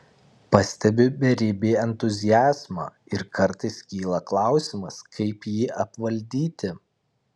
pastebiu beribį entuziazmą ir kartais kyla klausimas kaip jį apvaldyti